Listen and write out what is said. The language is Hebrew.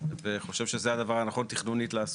וחושב שזה הדבר הנכון תכנונית לעשות,